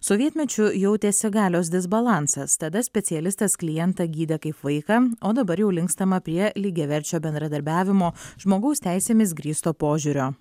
sovietmečiu jautėsi galios disbalansas tada specialistas klientą gydė kaip vaiką o dabar jau linkstama prie lygiaverčio bendradarbiavimo žmogaus teisėmis grįsto požiūrio